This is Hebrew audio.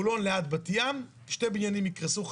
מעניין לשמוע מהם אם הסוגיה הזו תוסדר,